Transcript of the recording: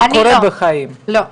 זה קורה בחיים --- אני לא,